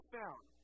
found